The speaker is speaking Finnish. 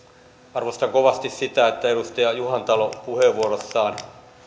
arvostan kovasti sitä että edustaja juhantalo puheenvuorossaan